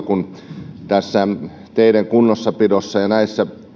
kun maakuntien vastuulle tässä teiden kunnossapidossa ja näissä